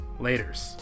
Laters